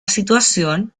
situación